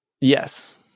Yes